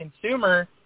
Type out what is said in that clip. consumer